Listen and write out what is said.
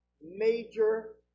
major